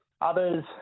Others